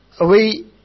away